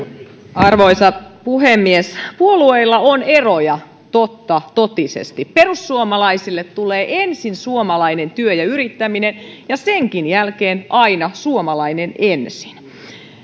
arvoisa puhemies puolueilla on eroja totta totisesti perussuomalaisille tulee ensin suomalainen työ ja yrittäminen ja senkin jälkeen aina suomalainen ensin